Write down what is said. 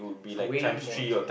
it's way more expen~